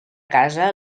casa